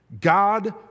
God